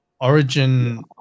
Origin